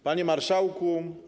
Panie Marszałku!